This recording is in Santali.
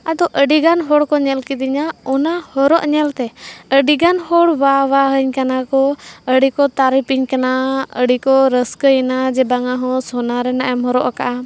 ᱟᱫᱚ ᱟᱹᱰᱤ ᱜᱟᱱ ᱦᱚᱲ ᱠᱚ ᱧᱮᱞ ᱠᱮᱫᱤᱧᱟ ᱚᱱᱟ ᱦᱚᱨᱚᱜ ᱧᱮᱞ ᱛᱮ ᱟᱹᱰᱤ ᱜᱟᱱ ᱦᱚᱲ ᱵᱟᱜ ᱵᱟᱜ ᱟᱹᱧ ᱠᱟᱱᱟ ᱠᱚ ᱟᱹᱰᱤ ᱠᱚ ᱛᱟᱹᱨᱤᱯ ᱤᱧ ᱠᱟᱱᱟ ᱟᱹᱰᱤ ᱠᱚ ᱨᱟᱹᱥᱠᱟᱹᱭᱮᱱᱟ ᱵᱟᱝᱟ ᱦᱚᱸ ᱥᱚᱱᱟ ᱨᱮᱱᱟᱜ ᱮᱢ ᱦᱚᱨᱚᱜ ᱟᱠᱟᱫᱼᱟ